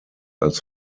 als